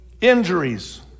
injuries